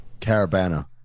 Carabana